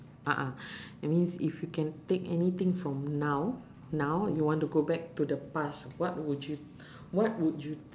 a'ah that means if you can take anything from now now you want to go back to the past what would you what would you